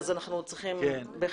אנחנו בהחלט צריכים לדעת.